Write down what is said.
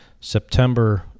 September